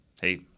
Hey